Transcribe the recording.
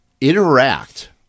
interact